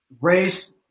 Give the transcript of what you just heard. race